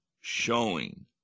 showing